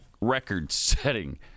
record-setting